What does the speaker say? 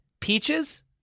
Peaches